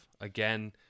Again